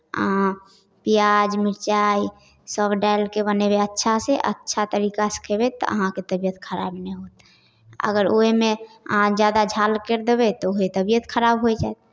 अहाँ प्याज मिरचाइ सभ डालि कऽ बनयबै अच्छासँ अच्छा तरीकासँ खयबै तऽ अहाँके तबियत खराब नहि होत अगर ओहिमे अहाँ ज्यादा झाल करि देबै तऽ उएह तबियत खराब होइ जायत